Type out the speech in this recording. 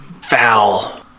foul